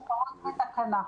מוכרות בתקנה.